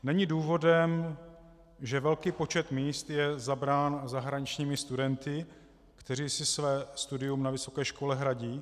Není důvodem, že velký počet míst je zabrán zahraničními studenty, kteří si své studium na vysoké škole hradí?